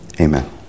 Amen